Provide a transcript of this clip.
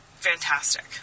fantastic